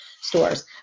stores